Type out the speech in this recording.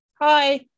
Hi